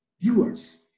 viewers